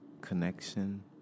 connection